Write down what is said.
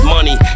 Money